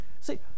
see